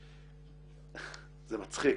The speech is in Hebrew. זה מצחיק,